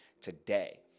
today